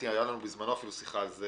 אתי, הייתה לנו בזמנו שיחה על זה